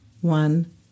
one